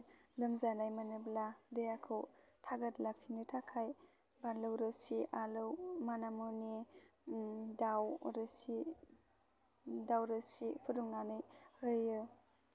लोमजानाय मोनोब्ला देहाखौ थागोद लाखिनो थाखाय बानलौ रोसि आलौ माना मुनि दाव रोसि दाव रोसि फुदुंनानै होयो